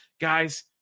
guys